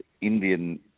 Indian